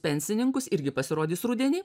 pensininkus irgi pasirodys rudenį